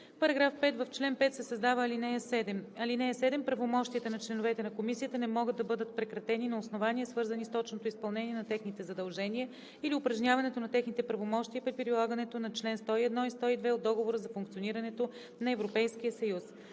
§ 5: „§ 5. В чл. 5 се създава ал. 7: „(7) Правомощията на членовете на комисията не могат да бъдат прекратени на основания, свързани с точното изпълнение на техните задължения или упражняването на техните правомощия при прилагането на чл. 101 и 102 от Договора за функционирането на Европейския съюз.“